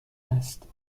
است